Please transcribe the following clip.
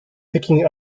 picking